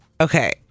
Okay